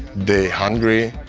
they hungry,